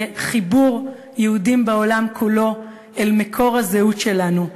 בחיבור יהודים בעולם כולו אל מקור הזהות שלנו,